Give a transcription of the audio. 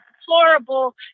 deplorable